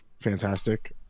fantastic